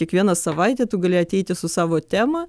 kiekvieną savaitę tu gali ateiti su savo tema